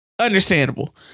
Understandable